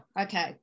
okay